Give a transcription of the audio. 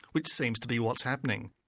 which seems to be what's happening.